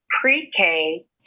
pre-K